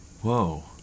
Whoa